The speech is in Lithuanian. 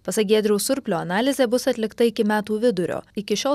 pasak giedriaus surplio analizė bus atlikta iki metų vidurio iki šiol